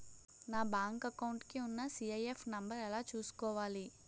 నా bank account కి ఉన్న సి.ఐ.ఎఫ్ నంబర్ ఎలా చూసుకోవాలి?